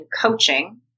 coaching